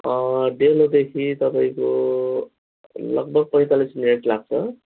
अँ डेलोदेखि तपाईँको लगभग पैँतालिस मिनट लाग्छ